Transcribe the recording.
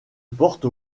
porte